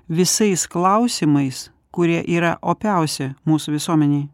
visais klausimais kurie yra opiausi mūsų visuomenei